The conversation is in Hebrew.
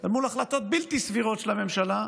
אל מול החלטות בלתי סבירות של הממשלה,